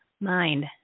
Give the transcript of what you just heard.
mind